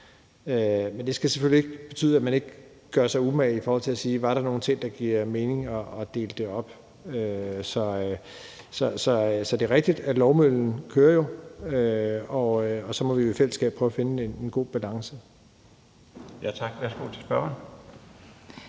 Men det skal selvfølgelig ikke betyde, at man ikke gør sig umage i forhold til at sige: Er der nogle ting, det giver mening at dele op? Så det er rigtigt, at lovmøllen kører, og så må vi i fællesskab prøve at finde en god balance. Kl. 17:51 Den fg. formand